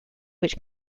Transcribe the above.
which